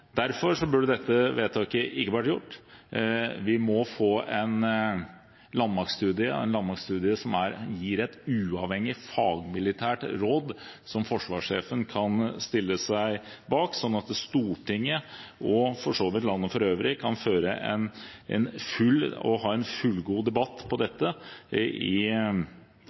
Derfor burde dette vedtaket ikke vært fattet. Vi må få en landmaktstudie som gir et uavhengig fagmilitært råd som forsvarssjefen kan stille seg bak, slik at Stortinget og for så vidt landet for øvrig kan føre en fullgod debatt om dette i